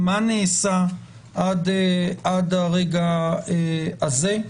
מה נעשה עד הרגע הזה,